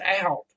out